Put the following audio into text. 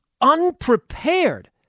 unprepared